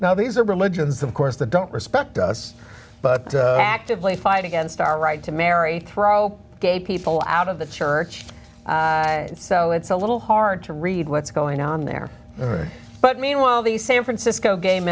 now these are religions of course that don't respect us but actively fight against our right to marry throw gay people out of the church and so it's a little hard to read what's going on there but meanwhile the san francisco ga